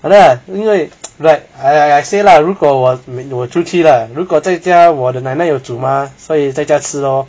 ya lah 因为 like I say lah 如果我出去 lah 如果在家我的奶奶有煮 mah 所以在家吃 lor